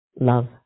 love